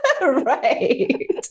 right